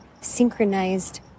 synchronized